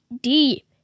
deep